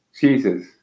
Jesus